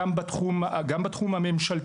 גם בתחום הממשלתי,